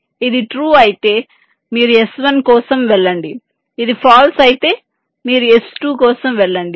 ఇది ట్రూ అయితే మీరు s1 కోసం వెళ్ళండి ఇది ఫాల్స్ అయితే మీరు s2 కోసం వెళ్ళండి